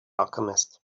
alchemist